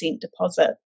deposit